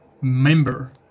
member